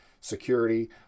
security